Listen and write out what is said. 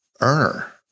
earner